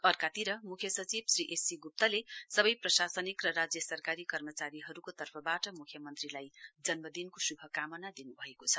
अर्कातिर मुख्य सचिव श्री एससी ग्प्तले सबै प्रशासनिक र राज्य सरकारी कर्मचारीहरूको तर्फबाट मुख्यमन्त्रीलाई जन्मदिनको शुभकामना दिनु भएको छ